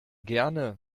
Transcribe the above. gerne